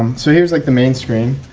um so here's like the main screen.